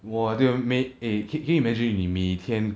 我对咯每 eh can can you imagine 你每天